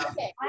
Okay